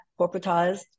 corporatized